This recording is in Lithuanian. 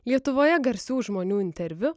lietuvoje garsių žmonių interviu